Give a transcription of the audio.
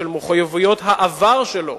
של מחויבויות העבר שלו